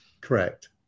Correct